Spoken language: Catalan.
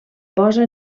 posa